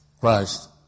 Christ